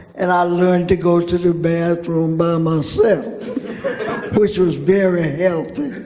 and i learned to go to the bathroom by myself which was very healthy.